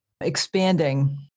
expanding